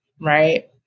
right